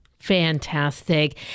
Fantastic